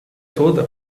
toda